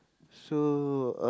so